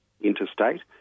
interstate